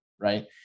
right